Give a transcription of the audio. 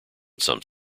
some